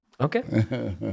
okay